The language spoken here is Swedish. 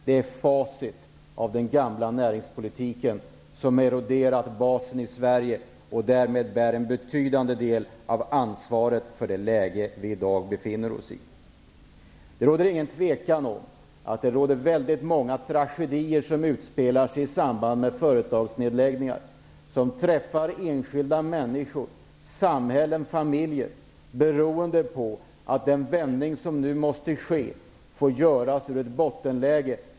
Det är facit av den gamla näringspolitiken, som har eroderat basen i Sverige och därmed bär en betydande del av ansvaret för det läge vi i dag befinner oss i. Det råder inget tvivel om att det utspelar sig många tragedier i samband med företagsnedläggningar som påverkar enskilda människor, samhället och familjer. Den förändring som nu måste ske måste göras från ett bottenläge.